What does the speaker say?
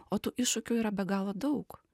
o tų iššūkių yra be galo daug